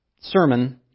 sermon